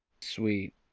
Sweet